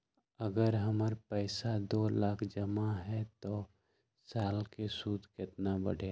अगर हमर पैसा दो लाख जमा है त साल के सूद केतना बढेला?